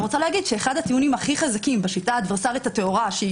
אחד הטיעונים הכי חזקים בשיטה האדוורסרית הטהורה,